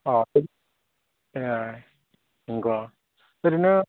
अ ए नोंगौ ओरैनो